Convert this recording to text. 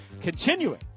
continuing